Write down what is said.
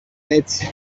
έτσι